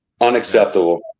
Unacceptable